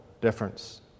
difference